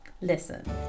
listen